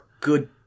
good